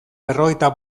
berrogeita